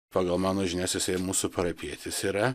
pagal mano žinias jisai mūsų parapijietis yra